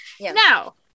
Now